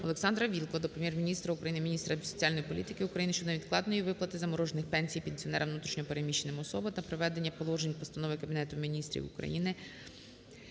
ОлександраВілкула до Прем'єр-міністра України, міністра соціальної політики України щодо невідкладної виплати "заморожених" пенсій пенсіонерам внутрішньо переміщеним особам, та приведення положень Постанови Кабінету Міністрів України